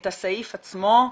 את הסעיף עצמו.